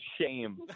shame